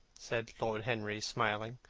said lord henry, smiling,